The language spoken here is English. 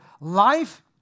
life